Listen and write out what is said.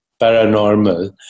paranormal